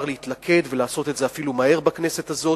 להתלכד ולעשות את זה אפילו מהר בכנסת הזאת,